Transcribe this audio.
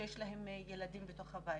שיש להם ילדים בתוך הבית.